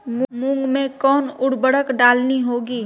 मूंग में कौन उर्वरक डालनी होगी?